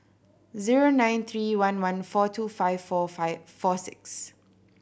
zero nine three one one four two five four five four six